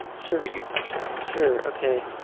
sure. or you touch them? sure, okay.